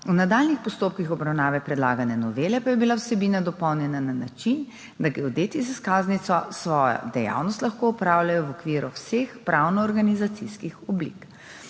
v nadaljnjih postopkih obravnave predlagane novele pa je bila vsebina dopolnjena na način, da geodeti z izkaznico svojo dejavnost lahko opravljajo v okviru vseh pravnoorganizacijskih oblik.